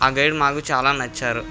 ఆ గైడ్ మాకు చాలా నచ్చారు